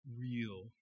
Real